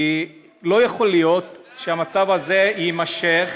כי לא יכול להיות שהמצב הזה יימשך.